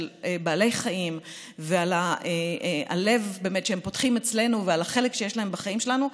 בעלי חיים ועל הלב שהם פותחים אצלנו ועל החלק שיש להם בחיים שלנו,